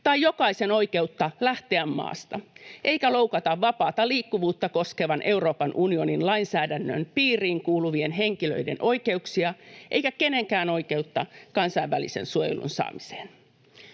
tai jokaisen oikeutta lähteä maasta eikä loukata vapaata liikkuvuutta koskevan Euroopan unionin lainsäädännön piiriin kuuluvien henkilöiden oikeuksia eikä kenenkään oikeutta kansainvälisen suojelun saamiseen.